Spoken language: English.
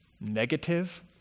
negative